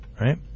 right